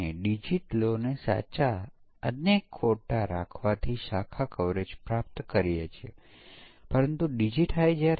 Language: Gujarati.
અહીંની મુખ્ય ધારણા એ છે કે અહીં કોઈપણ એક એલિમેંટ અહીંના કોઈપણ ડેટા જેવા પ્રોગ્રામ એલિમેન્ટ્સના સમાન સેટનો ઉપયોગ કરશે